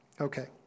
Okay